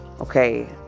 Okay